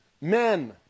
men